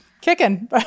kicking